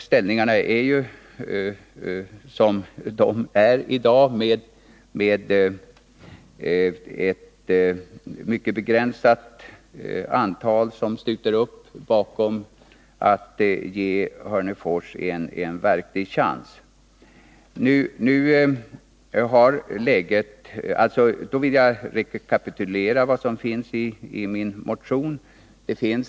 Ställningen är i dag den att det är ett mycket begränsat antal som sluter upp bakom förslaget att ge Hörnefors en verklig chans. Jag vill något rekapitulera vad som står i min motion.